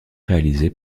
réalisé